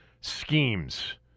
schemes